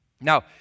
Now